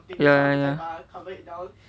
ya ya ya